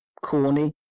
corny